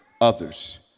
others